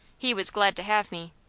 he was glad to have me,